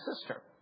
sister